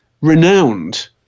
renowned